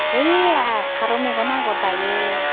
ओइ फारौ मेगन आगर दायो